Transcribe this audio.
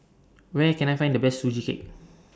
Where Can I Find The Best Sugee Cake